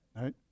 right